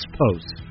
posts